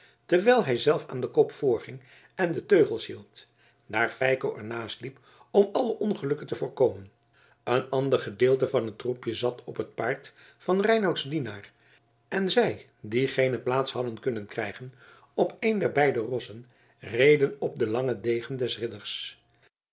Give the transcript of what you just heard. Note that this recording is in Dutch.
terwijl hij zelf aan den kop voorging en de teugels hield daar feiko er naast liep om alle ongelukken te voorkomen een ander gedeelte van het troepje zat op het paard van reinouts dienaar en zij die geene plaats hadden kunnen krijgen op een der beide rossen reden op den langen degen des ridders